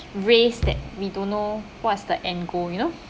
race that we don't know what's the end goal you know